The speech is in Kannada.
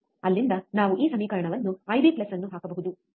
ಅಲ್ಲಿಂದ ನಾವು ಈ ಸಮೀಕರಣವನ್ನು ಐಬಿ IB ಅನ್ನು ಹಾಕಬಹುದು ಸರಿ